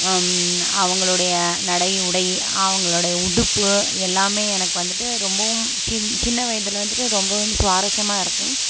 அவுங்களுடைய நடை உடை அவுங்களுடைய உடுப்பு எல்லாமே எனக்கு வந்துட்டு ரொம்பவும் சின் சின்ன வயதில் வந்துட்டு ரொம்பவும் சுவாரசியமாக இருக்கும்